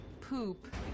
poop